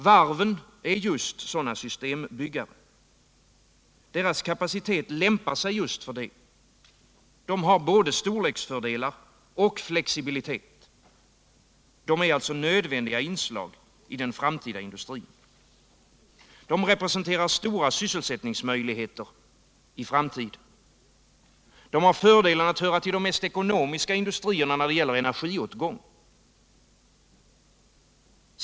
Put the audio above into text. Varven är just sådana systembyggare. Deras kapacitet lämpar sig för det. De har både storleksfördelar och flexibilitet. De är alltså nödvändiga inslag i den framtida industrin. De representerar stora sysselsättningsmöjligheter i framtiden. De har fördelen att höra till de mest ekonomiska industrierna, när det gäller energiåtgång.